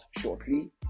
shortly